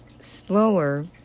slower